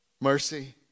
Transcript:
mercy